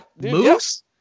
Moose